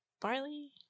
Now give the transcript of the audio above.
barley